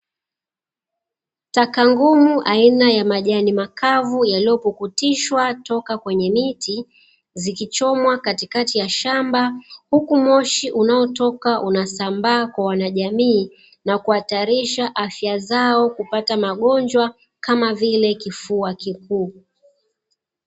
Taka ngumu aina ya majani makavu yaliyopukutishwa toka kwenye miti zikichomwa katikati ya shamba, huku moshi unaotoka unasambaa kwa wanajamii na kuhatarisha afya zao kupata magonjwa kama vile kifua kikuu.